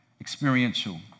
experiential